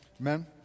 amen